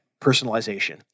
personalization